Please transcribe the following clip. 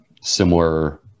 similar